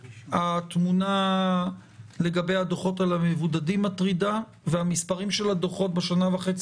התמונה לגבי הדוחות על המבודדים מטרידה והמספרים של הדוחות בשנה וחצי